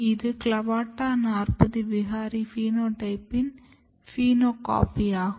இது CLAVATA 40 விகாரி பினோடைப்பின் பினோகாபி ஆகும்